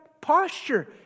posture